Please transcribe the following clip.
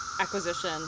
acquisition